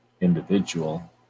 individual